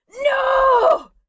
No